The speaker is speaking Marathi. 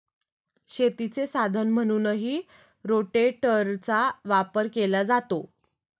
शेतीचे साधन म्हणूनही रोटेटरचा वापर केला जातो